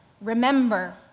remember